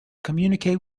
communicate